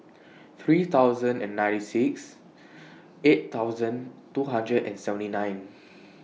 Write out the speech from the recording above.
three thousand and ninety six eight thousand two hundred and seventy nine